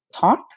thought